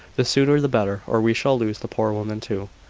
the sooner the better, or we shall lose the poor woman too.